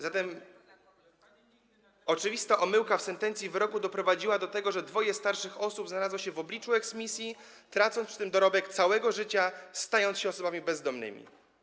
Zatem oczywista omyłka w sentencji wyroku doprowadziła do tego, że dwie starsze osoby znalazły się w obliczu eksmisji, tracąc przy tym dorobek całego życia, stając się osobami bezdomnymi.